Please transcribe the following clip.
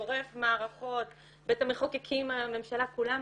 גורף מערכות, בית המחוקקים, הממשלה, כולם,